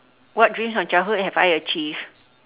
what dreams from childhood have I achieved